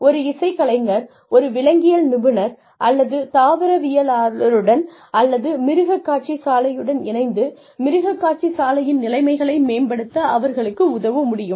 எனவே ஒரு இசைக்கலைஞர் ஒரு விலங்கியல் நிபுணர் அல்லது தாவரவியலாளருடன் அல்லது மிருகக்காட்சிசாலையுடன் இணைந்து மிருகக்காட்சிசாலையின் நிலைமைகளை மேம்படுத்த அவர்களுக்கு உதவ முடியும்